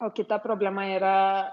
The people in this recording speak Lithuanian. o kita problema yra